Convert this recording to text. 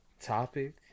topic